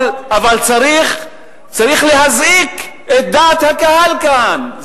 אבל צריך להזעיק את דעת הקהל כאן.